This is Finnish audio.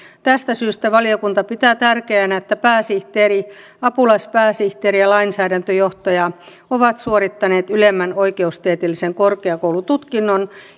tästä syystä valiokunta pitää tärkeänä että pääsihteeri apulaispääsihteeri ja lainsäädäntöjohtaja ovat suorittaneet ylemmän oikeustieteellisen korkeakoulututkinnon